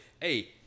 hey